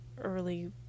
early